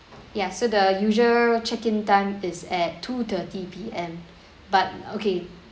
ya so the usual check in time is at two thirty P_M but okay